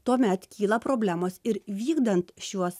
tuomet kyla problemos ir vykdant šiuos